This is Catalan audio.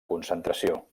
concentració